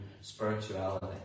Spirituality